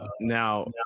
Now